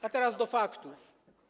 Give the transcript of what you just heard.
A teraz do faktów.